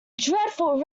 dreadful